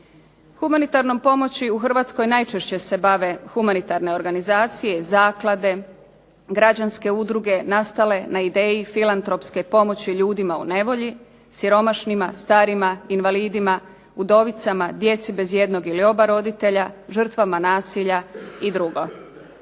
Humanitarnom pomoći u Hrvatskoj najčešće se bave humanitarne organizacije i zaklade, građanske udruge nastale na ideji filantropske pomoći ljudima u nevolji, siromašnima, starima, invalidima, udovicama, djeci bez jednog ili oba roditelja, žrtvama nasilja i drugo.